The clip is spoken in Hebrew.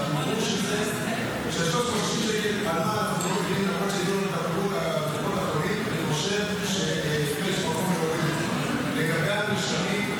יש אנשים שהם חולים כרוניים והם צריכים את זה וכל שנה הם צריכים